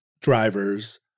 drivers